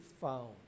found